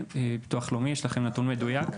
ביטוח לאומי, יש לכם נתון מדויק?